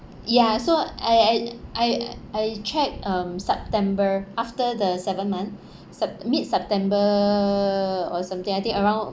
ya so I I I I check um september after the seven month sept~ mid-september or something I think around